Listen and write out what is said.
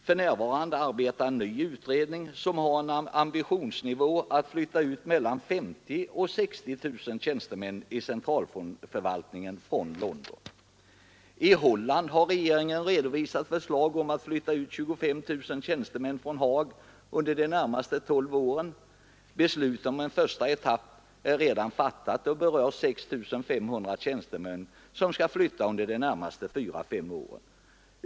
För närvarande arbetar en ny utredning som har en ambitionsnivå att flytta ut mellan 50 000 och 60 000 tjänstemän i centralförvaltningen från London. I Holland har regeringen redovisat förslag om att flytta ut 25 000 tjänstemän från Haag under de närmaste tolv åren. Beslut om en första etapp är redan fattat och berör 6 500 tjänstemän som skall flytta under de närmaste 4—5 åren.